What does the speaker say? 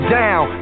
down